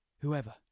Whoever